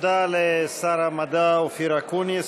תודה לשר המדע אופיר אקוניס.